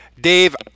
Dave